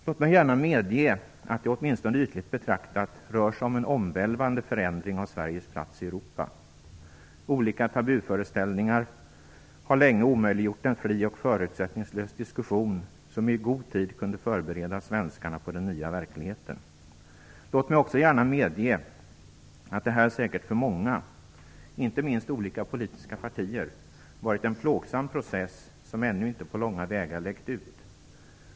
Låt mig gärna medge att det, åtminstone ytligt betraktat, rör sig om en omvälvande förändring av Sveriges plats i Europa. Olika tabuföreställningar har länge omöjliggjort en fri och förutsättningslös diskussion, som i god tid kunde förbereda svenskarna på den nya verkligheten. Låt mig också gärna medge att det här säkert för många - inte minst olika politiska partier - varit en plågsam process, som ännu inte på långa vägar läkt ut.